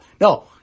No